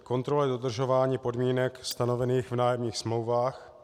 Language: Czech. Kontrola dodržování podmínek stanovených v nájemních smlouvách.